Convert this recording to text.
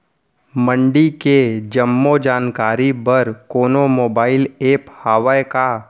मंडी के जम्मो जानकारी बर कोनो मोबाइल ऐप्प हवय का?